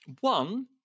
One